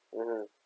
mm